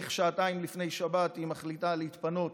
על איך שעתיים לפני שבת היא מחליטה להתפנות